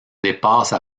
dépasse